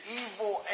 evil